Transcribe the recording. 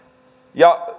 ja